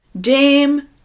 Dame